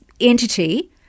entity